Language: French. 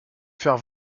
faire